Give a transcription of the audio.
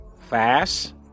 fast